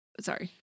Sorry